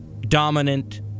dominant